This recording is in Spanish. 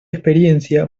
experiencia